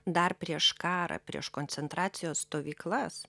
dar prieš karą prieš koncentracijos stovyklas